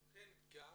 כמו כן גם